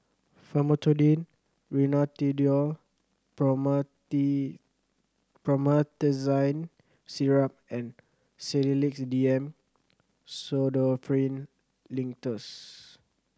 Famotidine Rhinathiol Promethazine Syrup and Sedilix D M Pseudoephrine Linctus